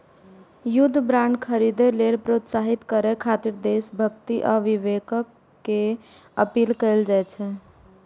युद्ध बांड खरीदै लेल प्रोत्साहित करय खातिर देशभक्ति आ विवेक के अपील कैल जाइ छै